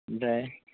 ओमफ्राय